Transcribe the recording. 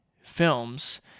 films